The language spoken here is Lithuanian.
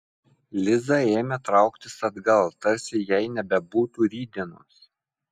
liza ėmė trauktis atgal tarsi jai nebebūtų rytdienos